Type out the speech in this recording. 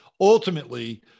ultimately